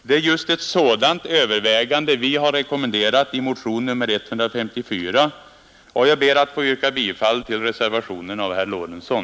Det är just ett sådant övervägande vi har rekommenderat i motion nr 154, och jag ber att få yrka bifall till reservationen av herr Lorentzon.